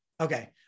Okay